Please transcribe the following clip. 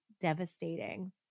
devastating